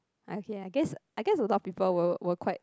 okay I guess I guess a lot of people were were quite